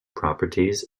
properties